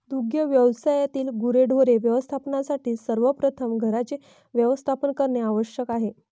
दुग्ध व्यवसायातील गुरेढोरे व्यवस्थापनासाठी सर्वप्रथम घरांचे व्यवस्थापन करणे आवश्यक आहे